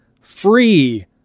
free